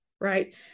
right